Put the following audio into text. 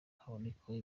habonekamo